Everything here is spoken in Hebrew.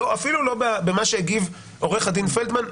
אפילו לא במה שהגיב עו"ד פלדמן,